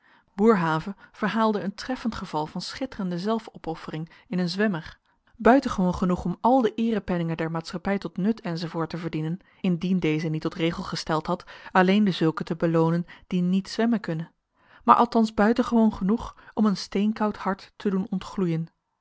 boerhave verhaalde een treffend geval van schitterende zelfopoffering in een zwemmer buitengewoon genoeg om al de eerepenningen der maatschappij tot nut enz te verdienen indien deze t niet tot regel gesteld had alleen dezulken te beloonen die niet zwemmen kunnen maar althans buitengewoon genoeg om een steenkoud hart te doen